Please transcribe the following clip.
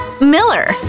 Miller